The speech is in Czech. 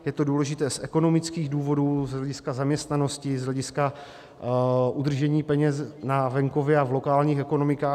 Je to důležité z ekonomických důvodů, z hlediska zaměstnanosti, z hlediska udržení peněz na venkově a v lokálních ekonomikách.